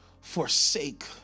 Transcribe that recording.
forsake